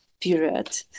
period